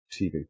TV